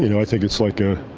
you know i think it's like a